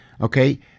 okay